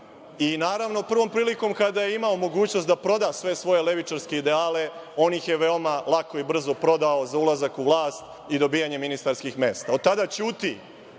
i, naravno, prvom prilikom kada je imao mogućnost da proda sve svoje levičarske ideale, on ih je veoma lako i brzo prodao za ulazak u vlast i dobijanje ministarskih mesta. Od tada ćuti